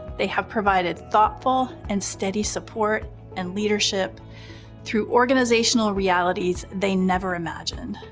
they have provided thoughtful and steady support and leadership through organizational realities they never imagined.